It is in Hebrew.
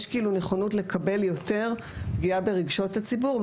יש כאילו נכונות לקבל יותר פגיעה ברגשות הציבור,